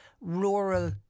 rural